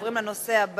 נעבור לתוצאות: